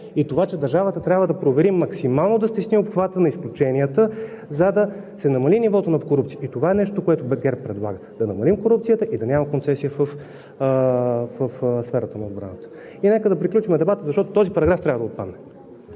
и това, че държавата трябва да провери и максимално да стесни обхвата на изключенията, за да се намали нивото на корупцията. И това е нещото, което ГЕРБ предлага – да намалим корупцията и да няма концесии в сферата на отбраната. И нека приключим дебата, защото този параграф трябва да отпадне.